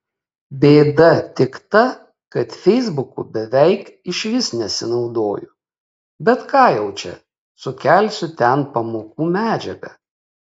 bėda tik ta kad feisbuku beveik išvis nesinaudoju bet ką jau čia sukelsiu ten pamokų medžiagą